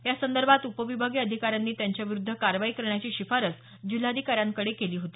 यासंदर्भात उपविभागीय अधिकाऱ्यांनी त्यांच्याविरुद्ध कारवाई करण्याची शिफारस जिल्हाधिकाऱ्यांकडे केली होती